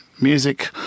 music